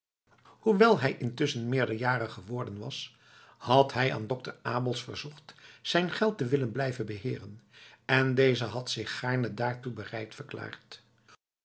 hoewel hij intusschen meerderjarig geworden was had hij aan dokter abels verzocht zijn geld te willen blijven beheeren en deze had zich gaarne daartoe bereid verklaard